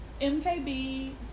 MKB